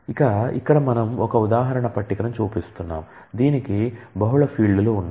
ఇక ఇక్కడ మనం ఒక ఉదాహరణ పట్టికను చూపిస్తున్నాము దీనికి బహుళ ఫీల్డ్లు ఉన్నాయి